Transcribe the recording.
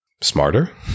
smarter